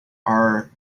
are